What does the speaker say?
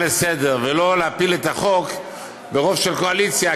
לסדר-היום ולא להפיל את החוק ברוב של קואליציה,